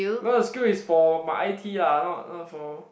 no the skill is for my i_t lah not not for